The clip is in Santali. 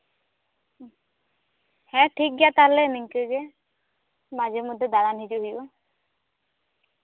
ᱦᱮᱸ ᱴᱷᱤᱠ ᱜᱮᱭᱟ ᱛᱟᱦᱚᱞᱮ ᱱᱤᱝᱠᱟᱹᱜᱮ ᱢᱟᱡᱷᱮ ᱢᱚᱫᱽᱫᱷᱮ ᱫᱟᱬᱟᱱ ᱦᱤᱡᱩᱜ ᱦᱩᱭᱩᱜᱼᱟ